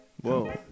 Whoa